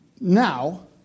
now